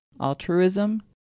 altruism